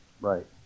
Right